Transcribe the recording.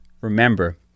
Remember